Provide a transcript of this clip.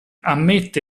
ammette